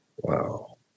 Wow